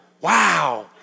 wow